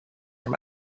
from